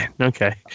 Okay